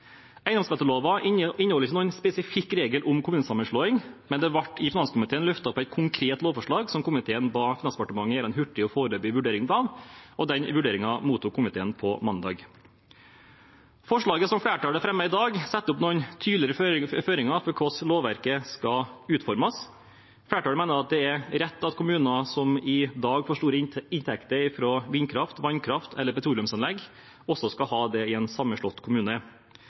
Eiendomsskatteloven inneholder ikke noen spesifikk regel om kommunesammenslåing, men det ble i finanskomiteen løftet fram et konkret lovforslag som komiteen ba Finansdepartementet gjøre en hurtig og foreløpig vurdering av. Den vurderingen mottok komiteen på mandag. Forslaget som flertallet fremmer i dag, setter opp noen tydeligere føringer for hvordan lovverket skal utformes. Flertallet mener at det er rett at kommuner som i dag får store inntekter fra vindkraft, vannkraft eller petroleumsanlegg, også skal ha det i en sammenslått kommune.